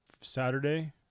Saturday